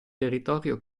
territorio